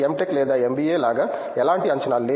tech లేదా MBA లాగా ఎలాంటి అంచనాలు లేవు